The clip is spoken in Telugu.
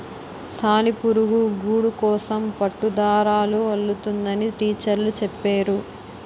సాలిపురుగు గూడుకోసం పట్టుదారాలు అల్లుతుందని టీచరు చెప్పేరు